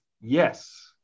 yes